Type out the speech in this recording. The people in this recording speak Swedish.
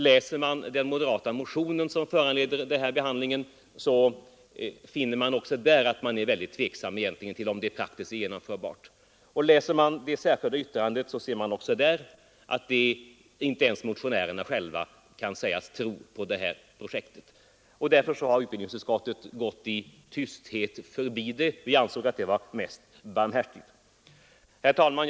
Läser man den moderata motion som föranleder den här debatten, finner man också där väldigt stort tvivel om huruvida detta är praktiskt genomförbart. Även i det särskilda yttrandet finner man att inte ens motionärerna själva kan sägas tro på det här projektet. Därför har utskottet i tysthet gått förbi det. Vi ansåg att det var mest barmhärtigt. Herr talman!